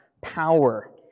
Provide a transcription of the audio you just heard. power